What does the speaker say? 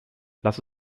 lass